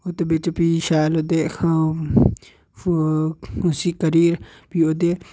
ओह्दे बिच भी शैल ते उसी करियै भी ओह्दे